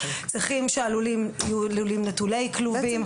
צריך שהלולים יהיו לולים נטולי כלובים.